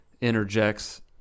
interjects